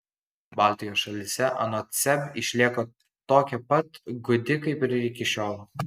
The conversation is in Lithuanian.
baltijos šalyse anot seb išlieka tokia pat gūdi kaip ir iki šiol